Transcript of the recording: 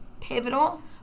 pivotal